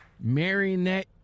Marionette